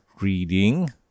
reading